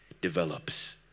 develops